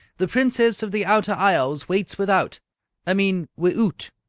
the princess of the outer isles waits without i mean wi'oot!